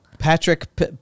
Patrick